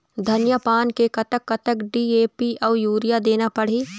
धनिया पान मे कतक कतक डी.ए.पी अऊ यूरिया देना पड़ही?